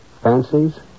fancies